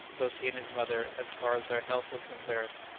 both he and his mother, as far as their health was concerned,